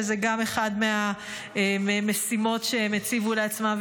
שגם הוא אחד מהמשימות שהם הציבו לעצמם,